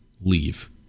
leave